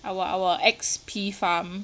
our our X_P farm